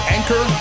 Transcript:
Anchor